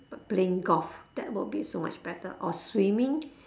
but playing golf that would be so much better or swimming